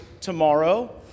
tomorrow